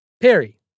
Perry